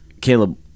Caleb